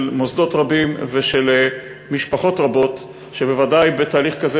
מוסדות רבים ושל משפחות רבות כשבוודאי בתהליך כזה